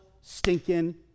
stinking